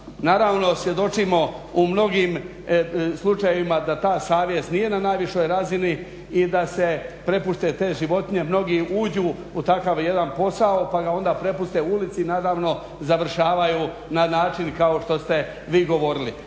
Naravno svjedočimo u mnogim slučajima da ta savjest nije na najvišoj razini i da se prepuste te životinje, mnogi uđu u takav jedan posao pa ga onda prepuste ulici i naravno završavaju na način kao što ste vi govorili.